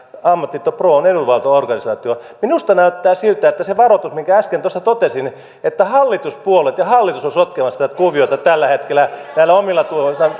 ammattiliitto pro on edunvalvontaorganisaatio minusta näyttää siltä että se minkä äsken varoituksena totesin että hallituspuolueet ja hallitus ovat sotkemassa tätä kuviota tällä hetkellä näillä omillaan